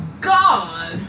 God